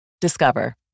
Discover